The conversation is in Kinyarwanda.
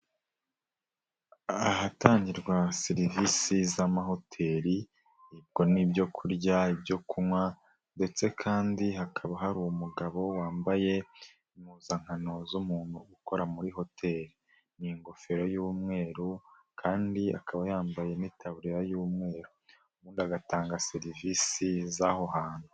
Ahatangirwa serivisi z'amahoteri, ubwo ibyo kurya, ibyo kunywa ndetse kandi hakaba hari umugabo wambaye impuzankano z'umuntu ukora muri hoteri. Ni ingofero y'umweru kandi akaba yambaye n'itaburiya y'umweru. Ubundi agatanga serivisi z'aho hantu.